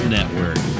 Network